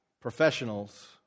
professionals